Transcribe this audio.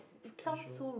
it's casual